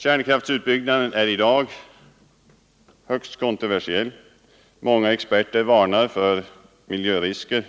Kärnkraftutbyggnad är i dag en högst kontroversiell fråga. Många experter varnar för dess miljörisker.